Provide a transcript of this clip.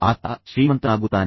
ಆತ ಶ್ರೀಮಂತನಾಗುತ್ತಾನೆ